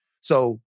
So-